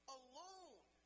alone